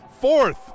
Fourth